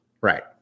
Right